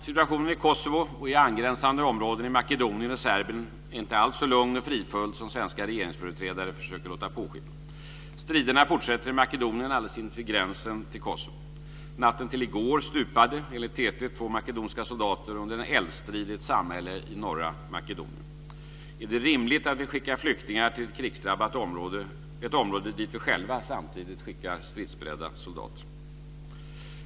Situationen i Kosovo och i angränsande områden i Makedonien och Serbien är inte alls så lugn och fridfull som svenska regeringsföreträdare försöker låta påskina. Striderna fortsätter i Makedonien, alldeles invid gränsen till Kosovo. Natten till i går stupade enligt TT två makedoniska soldater under en eldstrid i ett samhälle i norra Makedonien. Är det rimligt att vi skickar flyktingar till ett krigsdrabbat område - ett område som vi själva samtidigt skickar stridsberedda soldater till?